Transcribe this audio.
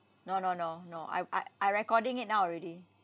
no no no no I I I recording it now already